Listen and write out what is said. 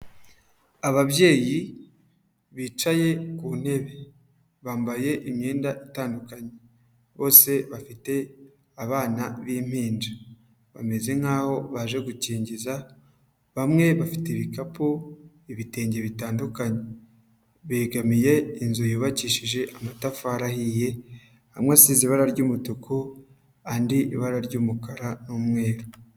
Ababyeyi bicaye ku ntebe bambaye imyenda itandukanye, bose bafite abana b'impinja, bameze nkaho baje gukingiza bamwe bafite ibikapu, ibitenge bitandukanye, begamiye inzu yubakishije amatafari ahiye hamwe asize ibara ry'umutuku andi ibara ry'umukara n'umweru.